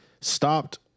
stopped